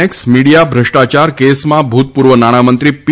x media ભ્રષ્ટાયાર કેસમાં ભૂતપૂર્વ નાણામંત્રી પી